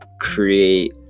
create